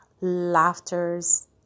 laughters